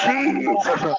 Jesus